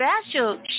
special